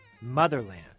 Motherland